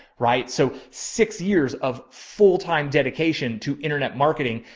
right? so six years of full-time dedication to internet marketing,